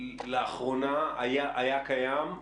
לאחרונה היה קיים,